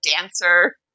dancer